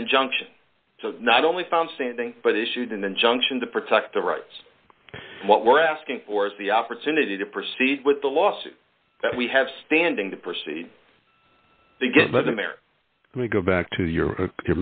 injunction so not only found standing but issued an injunction to protect the rights what we're asking for is the opportunity to proceed with the lawsuit that we have standing to proceed but there we go back to your